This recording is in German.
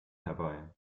herbei